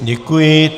Děkuji.